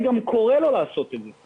קוראים לו לעשות את זה.